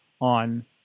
on